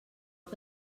que